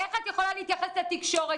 איך את יכולה להתייחס לתקשורת?